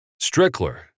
Strickler